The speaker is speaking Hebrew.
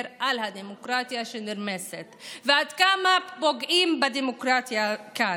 על הדמוקרטיה שנרמסת ועד כמה פוגעים בדמוקרטיה כאן,